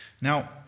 Now